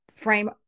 Frame